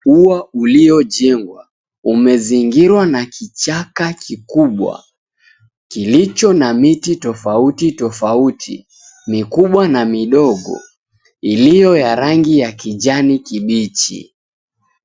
Ua uliojengwa, umezingirwa na kichaka kikubwa kilicho na miti tofauti tofauti, mikubwa na midogo iliyo ya rangi ya kijani kibichi.